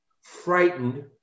frightened